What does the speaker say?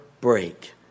break